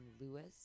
Lewis